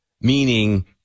Meaning